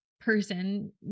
person